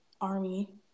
army